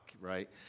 right